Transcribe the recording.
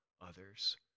others